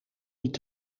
niet